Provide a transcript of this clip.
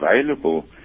available